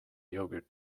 yogurt